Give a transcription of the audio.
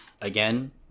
again